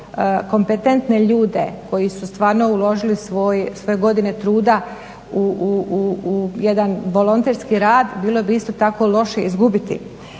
kompetentne ljude koji su stvarno uložili svoje godine truda u jedan volonterski rad bilo bi isto tako loše izgubiti.